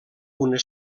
una